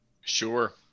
sure